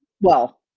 Well-